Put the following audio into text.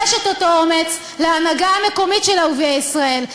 יש אותו אומץ להנהגה המקומית של ערביי ישראל,